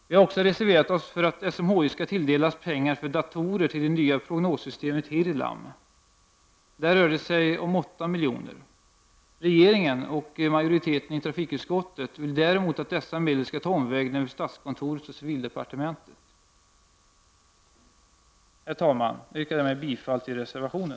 Vi har också reserverat oss för att SMHI skall tilldelas pengar för datorer till det nya prognossystemet HIRLAM. Där rör det sig om 8 milj.kr. Regeringen, och majoriteten i trafikutskottet, vill däremot att dessa medel skall ta omvägen över statskontoret och civildepartementet. Herr talman! Jag yrkar därmed bifall till reservationen.